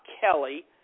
Kelly